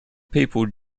people